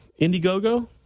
Indiegogo